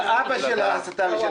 האבא של ההסתה.